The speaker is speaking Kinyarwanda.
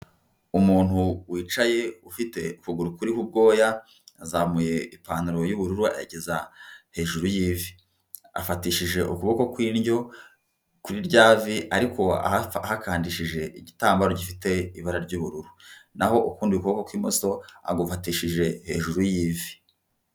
Umuntu wicaye ufite ukuguru kuriho ubwoya ya azamuye ipantaro y'ubururu ageza hejuru y'ivi, afatishije ukuboko kw'indyo kuri rya vi ariko ahakandishije igitambaro gifite ibara ry'ubururu, naho ukundi ukuboko kw'imoso agufatishije hejuru y'ivi.